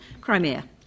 Crimea